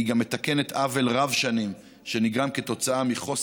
והיא גם מתקנת עוול רב שנים שנגרם מחוסר